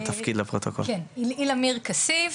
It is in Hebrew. אילאיל אמיר כסף,